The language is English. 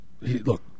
Look